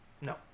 No